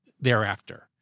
thereafter